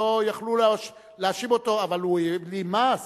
לא היו יכולים להאשים אותו, אבל הוא העלים מס?